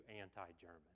anti-German